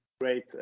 great